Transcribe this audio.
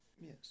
Yes